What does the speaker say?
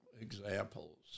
examples